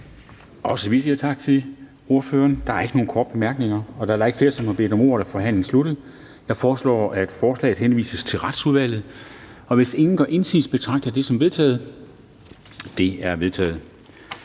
også tak til ordføreren. Der er ikke nogen korte bemærkninger. Da der ikke er flere, som har bedt om ordet, er forhandlingen sluttet. Jeg foreslår, at forslaget henvises til Retsudvalget. Hvis ingen gør indsigelse, betragter jeg det som vedtaget. Det er vedtaget.